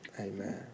Amen